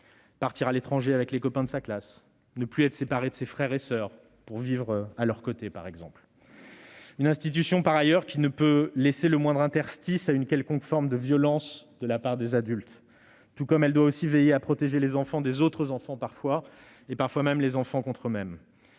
partir à l'étranger avec les copains de sa classe, ne plus être séparé de ses frères et soeurs et vivre à leurs côtés, par exemple. Cette institution ne peut pas laisser la moindre place à une quelconque forme de violence de la part des adultes. Elle doit aussi parfois veiller à protéger les enfants des autres enfants et parfois même les enfants contre eux-mêmes.